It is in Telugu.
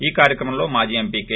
ఈ కార్యక్రమంలో పమాజీ ఎంపీ కె